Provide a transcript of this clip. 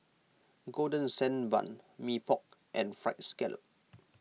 Golden Sand Bun Mee Pok and Fried Scallop